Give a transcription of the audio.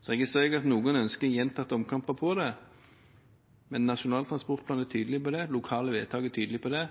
Så registrerer jeg at noen ønsker gjentatte omkamper på det, men Nasjonal transportplan er tydelig på det, lokale vedtak er tydelig på det,